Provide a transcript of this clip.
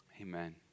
Amen